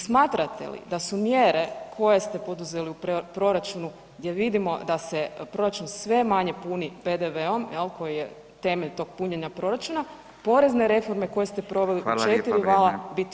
Smatrate li da su mjere koje ste poduzeli u proračunu gdje vidimo da se proračun sve manje puni PDV-om, jel, koji je temelj tog punjenja proračuna, porezne reforme koje ste proveli [[Upadica: Hvala lijepa, vrijeme]] u 4 vala biti